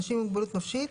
אנשים עם מוגבלות נפשית